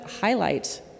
highlight